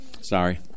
sorry